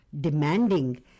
Demanding